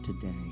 today